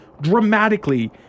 dramatically